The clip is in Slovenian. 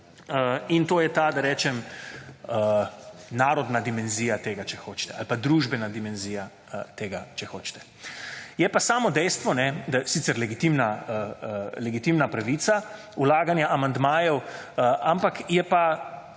in to je ta, da rečem, narodna dimenzija tega, če hočete, ali pa družbena dimenzija tega, če hočete. Je pa samo dejstvo, da, sicer legitimna pravica, vlaganje amandmajev, ampak, je pa